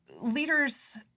Leaders